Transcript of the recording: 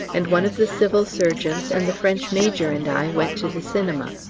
and one of the civil surgeons and the french major and i went to the cinema.